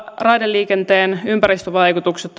raideliikenteen ympäristövaikutukset